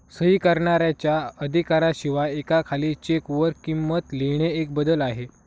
सही करणाऱ्याच्या अधिकारा शिवाय एका खाली चेक वर किंमत लिहिणे एक बदल आहे